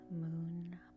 Moon